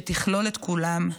שתכלול את כולם,